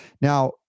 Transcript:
Now